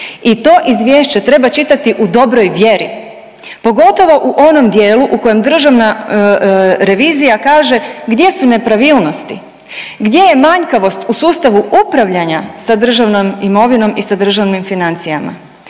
i to Izvješće treba čitati u dobroj vjeri, pogotovo u onom dijelu u kojem državna revizija kaže gdje su nepravilnosti, gdje je manjkavost u sustavu upravljanja sa državnom imovinom i sa državnim financijama.